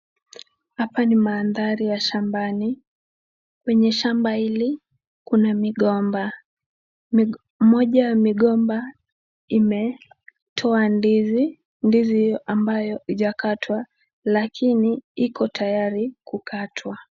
Hapa ni mandhari ya shambani, Kwenye shamba hili kuna migomba moja ya migomba imetoa ndizi ndizi hiyo ambayo haijakatwa lakini iko tayari kukatwa.